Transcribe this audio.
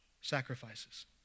sacrifices